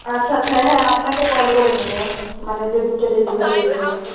আচ্ছা আচ্ছা হ্যাঁ আপনাকে কল করে নেবো মানে যেদিনকে ডেলিভারি দেবো আর কি